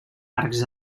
arcs